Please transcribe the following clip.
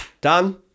done